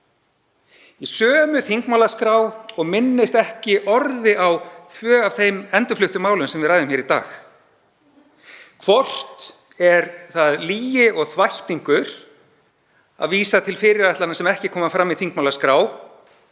í sömu þingmálaskrá og minnist ekki orði á tvö af þeim endurfluttum málum sem við ræðum hér í dag. Hvort er það lygi og þvættingur eða ekki að vísa til fyrirætlana sem ekki koma fram í þingmálaskrá?